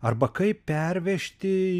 arba kaip pervežti